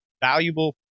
valuable